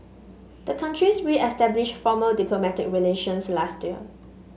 the countries reestablished formal diplomatic relations last year